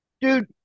Dude